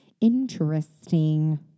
interesting